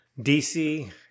DC